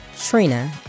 Trina